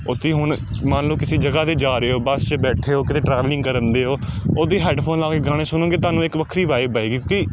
ਉਹ ਤੁਸੀਂ ਹੁਣ ਮੰਨ ਲਓ ਕਿਸੀ ਜਗ੍ਹਾ 'ਤੇ ਜਾ ਰਹੇ ਹੋ ਬੱਸ 'ਚ ਬੈਠੇ ਹੋ ਕਿਤੇ ਟ੍ਰੈਵਲਿੰਗ ਕਰਨਦੇ ਹੋ ਉਹਦੀ ਹੈਡਫੋਨ ਲਾ ਕੇ ਗਾਣੇ ਸੁਣੋਗੇ ਤੁਹਾਨੂੰ ਇੱਕ ਵੱਖਰੀ ਵਾਈਬ ਆਏਗੀ ਕਿ